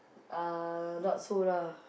uh not so lah